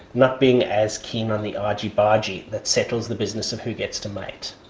not being as keen on the argy-bargy that settles the business of who gets to mate.